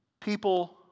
people